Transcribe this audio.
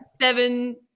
seven